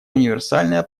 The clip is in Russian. универсальное